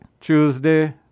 Tuesday